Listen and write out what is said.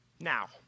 Now